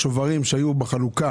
השוברים שהיו בחלוקה